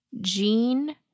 Jean